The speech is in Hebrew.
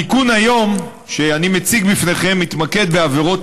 התיקון שאני מציג בפניכם היום מתמקד בעבירות